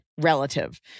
relative